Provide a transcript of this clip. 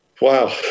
Wow